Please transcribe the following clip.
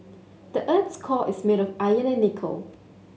the earth's core is made of iron and nickel